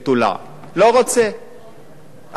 אני לא רוצה שמישהו ייתן לו את האשפה שלו,